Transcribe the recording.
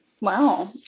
Wow